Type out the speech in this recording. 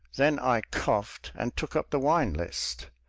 then i coughed and took up the wine list.